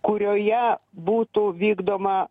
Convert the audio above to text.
kurioje būtų vykdoma